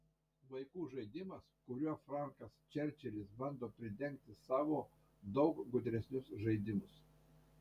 vaikų žaidimas kuriuo frankas čerčilis bando pridengti savo daug gudresnius žaidimus